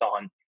on